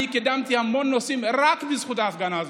אני קידמתי המון נושאים רק בזכות ההפגנה הזאת.